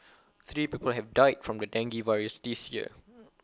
three people have died from the dengue virus this year